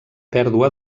pèrdua